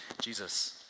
Jesus